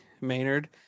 Maynard